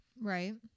right